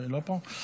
היא לא פה?